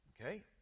Okay